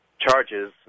charges